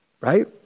Right